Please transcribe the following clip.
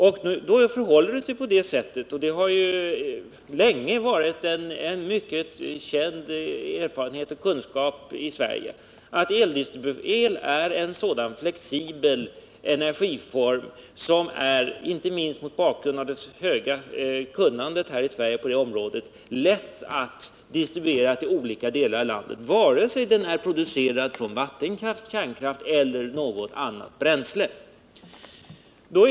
Elär, vilket sedan länge har varit en känd kunskap i Sverige, en sådan flexibel energiform som —- inte minst mot bakgrund av det stora kunnandet på detta område i Sverige — är lätt att distribuera till olika delar av landet, vare sig den är producerad från vattenkraft, kärnkraft eller något annat bränsle.